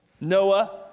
Noah